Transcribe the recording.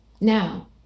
Now